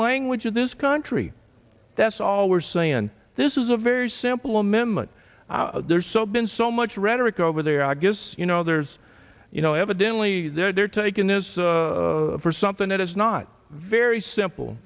language of this country that's all we're saying and this is a very simple amendment there's so been so much rhetoric over there i guess you know there's you know evidently they're taking this for something that is not very simple